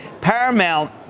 Paramount